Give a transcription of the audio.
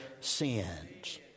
sins